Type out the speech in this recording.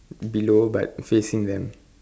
below but facing them